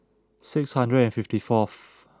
six hundred fifty fourth